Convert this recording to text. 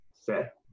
set